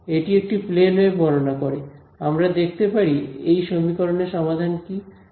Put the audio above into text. এটি একটি plane wave বর্ণনা করে আমরা দেখতে পারি এই সমীকরণের সমাধান কী